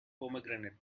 pomegranate